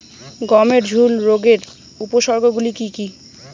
গমের ঝুল রোগের উপসর্গগুলি কী কী?